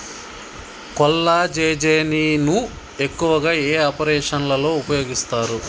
కొల్లాజెజేని ను ఎక్కువగా ఏ ఆపరేషన్లలో ఉపయోగిస్తారు?